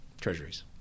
treasuries